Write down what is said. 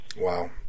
Wow